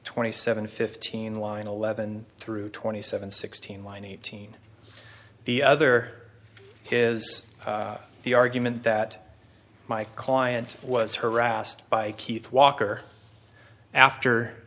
twenty seven fifteen line eleven through twenty seven sixteen line eighteen the other is the argument that my client was harassed by keith walker after